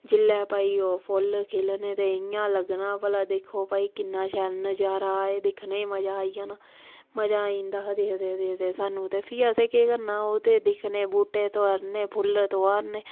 जिल्लै भाई ओह् फुल्ल खिल्लने ते इ'यां लग्गना भला दिक्खो भाई किन्ना शैल नजारा ऐ एह् दिक्खने गी मजा आई जाना मजा आई जंदा हा दिखदे दिखदे सानूं ते फ्ही असें केह् करना ओह्दे दिक्खने बूह्टे तुआरने फुल्ल तुआरने